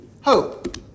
hope